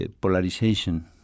Polarization